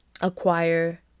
acquire